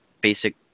basic